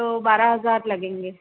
تو بارہ ہزار لگیں گے